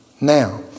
Now